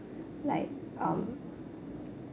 like um